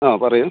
ആ പറയു